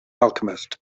alchemist